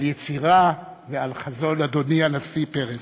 על יצירה ועל חזון, אדוני הנשיא פרס.